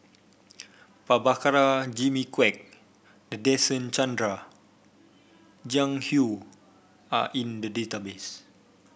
Prabhakara Jimmy Quek Nadasen Chandra Jiang Hu are in the database